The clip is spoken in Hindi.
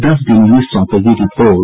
दस दिनों में सौंपेगी रिपोर्ट